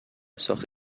ساخت